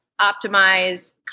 optimize